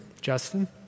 Justin